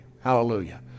Hallelujah